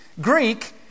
Greek